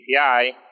API